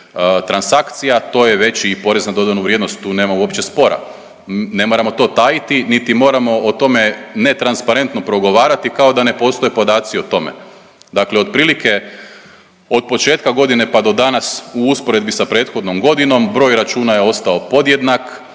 transakcija, to je veći porez na dodanu vrijednost, to nema uopće spora. Ne moramo to tajiti, niti moramo o tome netransparentno progovarati kao da ne postoje podaci o tome. Dakle, otprilike od početka godine pa do danas u usporedbi sa prethodnom godinom broj računa je ostao podjednak